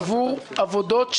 מאוד מכאיב לתושבי יישובי עוטף עזה,